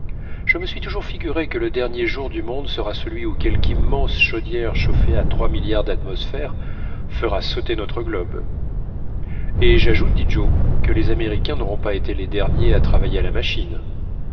je me suistoujours figuré que le dernier jour du monde sera celui où quelque im mense chaudière chauffée à trois milliards d'atmosphères fera sauter notre globe et j'ajoute dit joe que les américains n'auront pas été les derniers à travailler à la machine